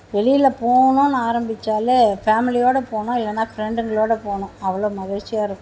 வெளியில் போகணுன்னு ஆரம்பிச்சாலே ஃபேமிலியோட போகணும் இல்லைனா ப்ரெண்டுங்களோடு போகணும் அவ்வளோ மகிழ்ச்சியாக இருக்கும்